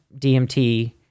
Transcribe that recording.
DMT